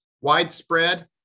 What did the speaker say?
Widespread